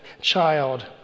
Child